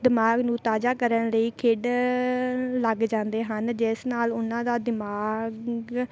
ਦਿਮਾਗ ਨੂੰ ਤਾਜ਼ਾ ਕਰਨ ਲਈ ਖੇਡਣ ਲੱਗ ਜਾਂਦੇ ਹਨ ਜਿਸ ਨਾਲ ਉਹਨਾਂ ਦਾ ਦਿਮਾਗ